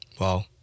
Wow